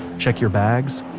check your bags,